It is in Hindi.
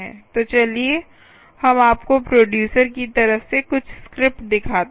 तो चलिए हम आपको प्रोडयूसर की तरफ से कुछ स्क्रिप्ट दिखाते हैं